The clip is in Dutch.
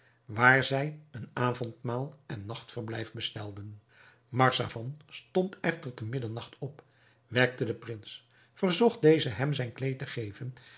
waar zij een avondmaal en nachtverblijf bestelden marzavan stond echter te middernacht op wekte den prins verzocht dezen hem zijn kleed te geven